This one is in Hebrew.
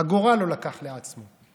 אגורה לא לקח לעצמו.